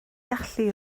gallu